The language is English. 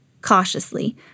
Cautiously